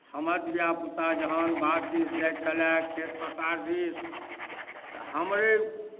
हमर धिया पूता जहन बाग दिस जाइ छलए खेत पथार दिस तऽ हमरे